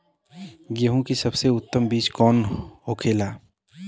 गेहूँ की सबसे उत्तम बीज कौन होखेला?